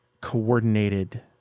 coordinated